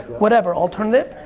whatever, alternative.